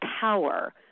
power